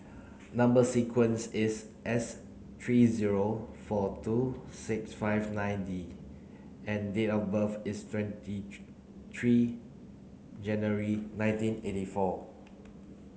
number sequence is S three zero four two six five nine D and date of birth is twenty three January nineteen eighty four